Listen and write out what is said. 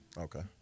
Okay